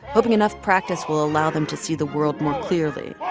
hoping enough practice will allow them to see the world more clearly.